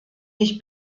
ich